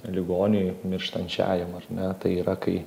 ligoniui mirštančiajam ar ne tai yra kai